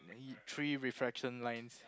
three reflection lines